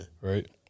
Right